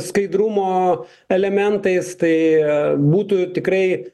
skaidrumo elementais tai būtų tikrai